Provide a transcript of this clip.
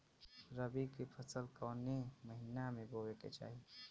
रबी की फसल कौने महिना में बोवे के चाही?